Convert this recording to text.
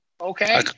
Okay